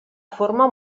forma